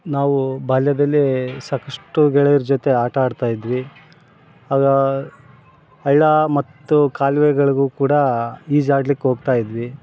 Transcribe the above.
ನಾವು ಬಾಲ್ಯದಲ್ಲೇ ಸಾಕಷ್ಟು ಗೆಳೆಯರ ಜೊತೆ ಆಟ ಆಡ್ತಾ ಇದ್ವಿ ಅದು ಹಳ್ಳ ಮತ್ತು ಕಾಲುವೆಗಳ್ಗು ಕೂಡಾ ಈಜು ಅಡ್ಲಿಕ್ಕೆ ಹೋಗ್ತಾಯಿದ್ವಿ